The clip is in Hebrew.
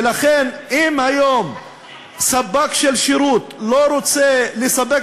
ולכן אם היום ספק של שירות לא רוצה לספק